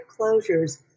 closures